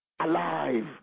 alive